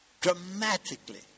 dramatically